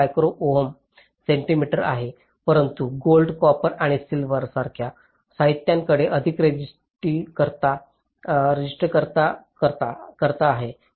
8 micro ohm 'centimetre आहे परंतु gold copper आणि सिल्वर सारख्या साहित्यांकडे अधिक रेसिस्टन्सकता आहे